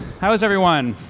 how is everyone?